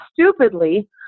stupidly